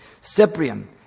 Cyprian